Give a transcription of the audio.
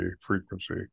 frequency